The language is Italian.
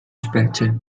specie